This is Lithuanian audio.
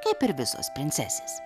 kaip ir visos princesės